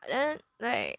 then like